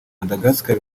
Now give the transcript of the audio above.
madagascar